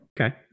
okay